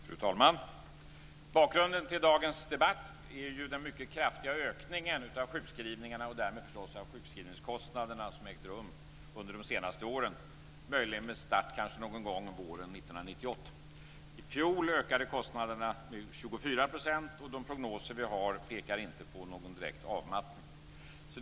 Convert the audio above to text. Fru talman! Bakgrunden till dagens debatt är ju den mycket kraftiga ökning av sjukskrivningarna och därmed förstås sjukskrivningskostnaderna som ägt rum under de senaste åren, möjligen med start kanske någon gång våren 1998. I fjol ökade kostnaderna med 24 %, och de prognoser vi har pekar inte på någon direkt avmattning.